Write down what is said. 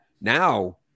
Now